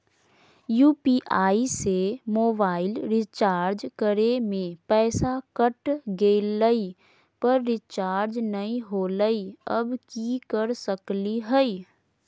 UPI से mobile recharge करे में पैसा कट गेलई, पर रिचार्ज नई होलई, अब की कर सकली हई?